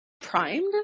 Primed